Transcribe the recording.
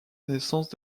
naissance